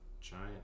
Giant